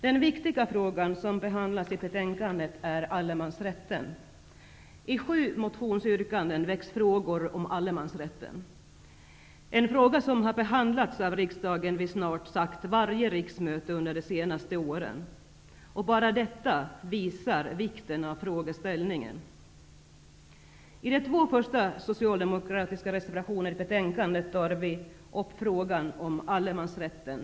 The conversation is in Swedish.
Den viktiga frågan som behandlas i betänkandet är allemansrätten. I sju motionsyrkanden väcks frågor om allemansrätten, som har behandlats av riksdagen vid snart sagt varje riksmöte under de senaste åren. Bara detta visar vikten av frågeställningen. I de två första socialdemokratiska reservationerna till betänkandet tar vi upp frågan om allemansrätten.